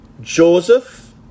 Joseph